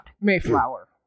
Mayflower